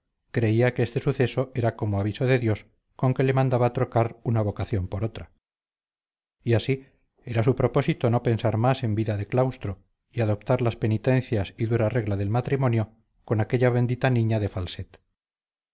creía que este suceso era como aviso de dios con que le mandaba trocar una vocación por otra y así era su propósito no pensar más en vida de claustro y adoptar las penitencias y dura regla de matrimonio con aquella bendita niña de falset